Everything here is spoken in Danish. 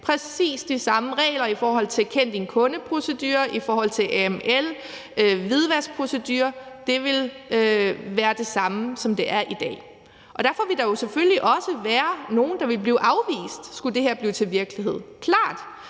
præcis de samme regler i forhold til »kend din kunde«-procedurer, i forhold til AML og i forhold til hvidvaskprocedurer. Det ville være det samme, som det er i dag. Derfor vil der jo selvfølgelig også være nogle, der ville blive afvist, skulle det her blive til virkelighed – klart